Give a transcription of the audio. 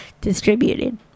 distributed